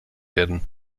werden